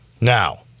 Now